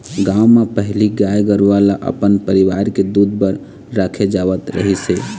गाँव म पहिली गाय गरूवा ल अपन परिवार के दूद बर राखे जावत रहिस हे